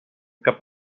cap